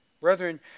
Brethren